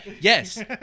Yes